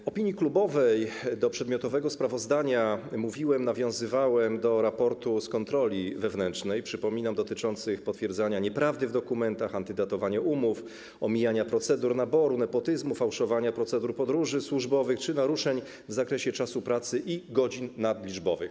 W opinii klubowej o przedmiotowym sprawozdaniu nawiązywałem do raportu z kontroli wewnętrznej, przypominam, dotyczącej potwierdzania nieprawdy w dokumentach, antydatowania umów, omijania procedur naboru, nepotyzmu, fałszowania procedur podróży służbowych czy naruszeń w zakresie czasu pracy i godzin nadliczbowych.